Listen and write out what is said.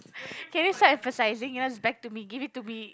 can you stop emphasizing now is back to me give it to me